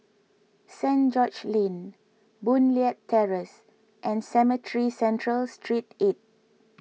Street George's Lane Boon Leat Terrace and Cemetry Central Street eight